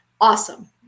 awesome